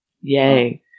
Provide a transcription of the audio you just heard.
Yay